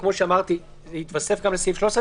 וכמו שאמרתי זה יתווסף גם לסעיף 13,